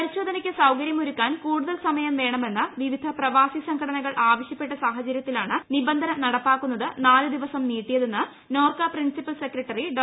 പരിശോധനക്ക് സൌകര്യമൊരുക്കാൻ കൂടുതൽ സമയം വേണമെന്ന് വിവിധ പ്രവാസി സംഘടനകൾ ആവശ്യപ്പെട്ട സാഹചര്യത്തിലാണ് നിബന്ധന നടപ്പാക്കുന്നത് നാലുദിവസം നീട്ടിയതെന്ന് നോർക്ക പ്രിൻസിപ്പൽ സ്ക്രെട്ടറി ഡോ